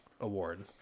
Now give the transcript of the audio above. award